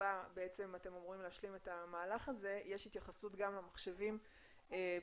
הבא אתם אמורים להשלים את המהלך הזה יש התייחסות גם למחשבים שמוקצים